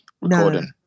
recording